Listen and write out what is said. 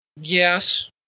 Yes